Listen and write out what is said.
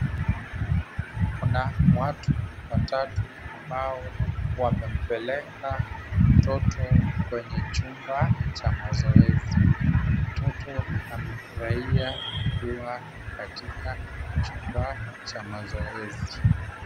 Kuna watu watatu ambao wamempeleke mtoto kwenye chumba cha mazoezi. Mtoto amefurahia kuwa katika chumba cha mazoezi.